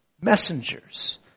Messengers